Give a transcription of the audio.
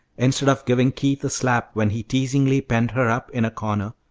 instead of giving keith a slap when he teasingly penned her up in a corner,